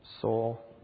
soul